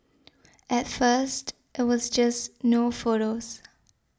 at first it was just no photos